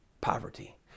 poverty